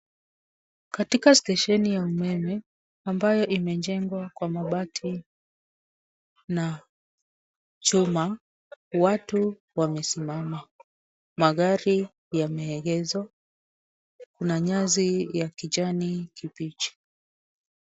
Katika stesheni ya umeme ambayo imejengwa kwa mabati na chuma watu wamesimama, magari yameegezwa na nyasi ya kijani kibichi.